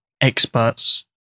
experts